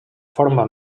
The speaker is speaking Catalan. forma